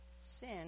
Sin